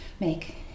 make